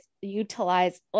utilize